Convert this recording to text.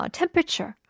temperature